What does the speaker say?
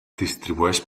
distribueix